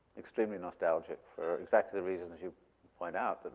extremely nostalgic for exactly the reasons you point out,